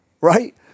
right